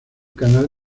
canal